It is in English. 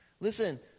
listen